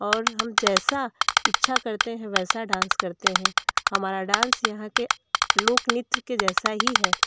और हम जैसा इच्छा करते हैं वैसा डांस करते हैं हमारा डांस यहाँ के लोकनृत्य के जैसा ही है